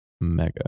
mega